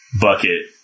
bucket